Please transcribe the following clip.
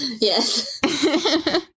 Yes